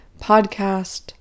podcast